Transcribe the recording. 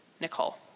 Nicole